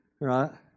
right